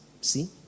see